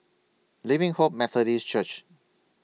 Living Hope Methodist Church